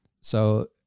So-